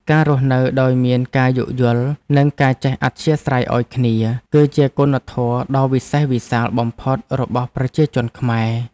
ការរស់នៅដោយមានការយោគយល់ និងការចេះអធ្យាស្រ័យឱ្យគ្នា គឺជាគុណធម៌ដ៏វិសេសវិសាលបំផុតរបស់ប្រជាជនខ្មែរ។